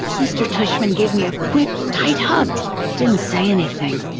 mr. tushman gave me a quick, tight hug but didn't say anything.